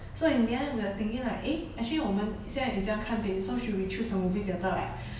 so in the end we were thinking like eh actually 我们现在已经要看电影 so should we choose the moving theatre right